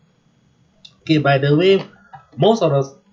okay by the way most of us